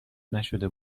نشده